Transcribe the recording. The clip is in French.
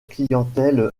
clientèle